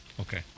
Okay